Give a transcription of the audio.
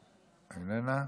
איננה.